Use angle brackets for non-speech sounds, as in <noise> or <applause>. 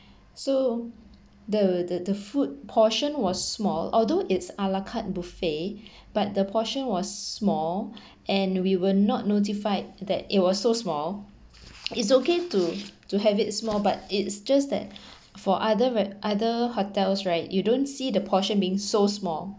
so the the the food portion was small although it's a la carte buffet <breath> but the portion was small <breath> and we were not notified that it was so small it's okay to to have it small but it's just that for other re~ other hotels right you don't see the portion being so small